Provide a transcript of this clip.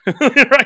right